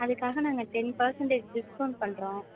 அதுக்காக நாங்கள் ten percentage discount பண்ணுறோம்